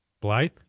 Blythe